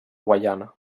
guaiana